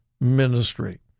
ministry